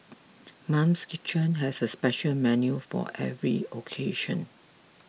Mum's Kitchen has a special menu for every occasion